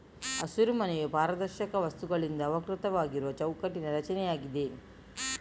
ಹಸಿರುಮನೆಯು ಪಾರದರ್ಶಕ ವಸ್ತುಗಳಿಂದ ಆವೃತವಾಗಿರುವ ಚೌಕಟ್ಟಿನ ರಚನೆಯಾಗಿದೆ